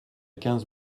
quinze